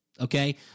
Okay